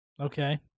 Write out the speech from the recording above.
Okay